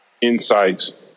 Insights